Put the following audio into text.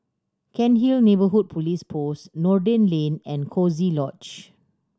Cairnhill Neighbourhood Police Post Noordin Lane and Coziee Lodge